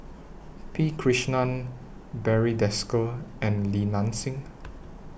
P Krishnan Barry Desker and Li Nanxing